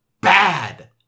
bad